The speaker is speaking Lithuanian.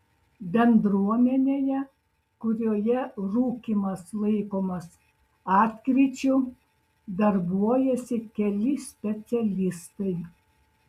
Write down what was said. bendruomenėje kurioje rūkymas laikomas atkryčiu darbuojasi keli specialistai